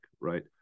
right